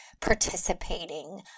participating